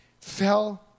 fell